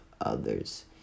others